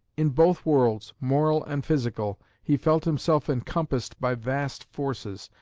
in both worlds, moral and physical, he felt himself encompassed by vast forces,